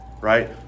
right